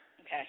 Okay